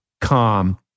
calm